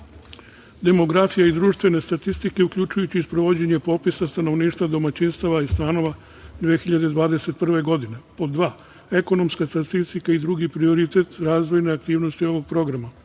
demografije i društvene statistike uključujući i sprovođenje popisa stanovništva domaćinstava i stanova 2021. godine. Pod dva, ekonomska statistika i drugi prioritet razvojne aktivnosti ovog programa.